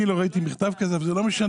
אני לא ראיתי מכתב כזה אבל זה לא משנה.